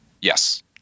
Yes